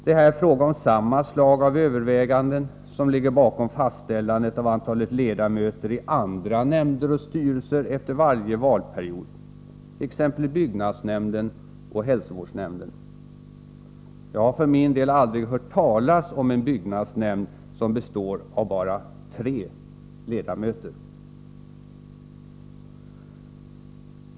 Det är här fråga om samma slag av överväganden som ligger bakom fastställandet av antalet ledamöter i andra nämnder och styrelser efter varje valperiod, t.ex. i byggnadsnämnden och hälsovårdsnämnden. Jag har för min del aldrig hört talas om en byggnadsnämnd som består av bara tre ledamöter.